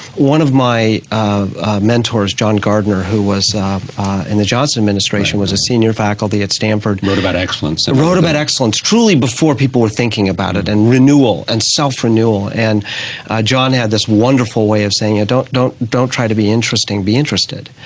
one of my mentors, john gardner, who was in the johnson administration, was a senior faculty at stanford. wrote about excellence. wrote about excellence truly before people were thinking about it, and renewal, and self renewal, and john had this wonderful way of saying ah it, don't don't try to be interesting, be interested.